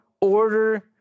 order